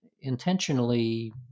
intentionally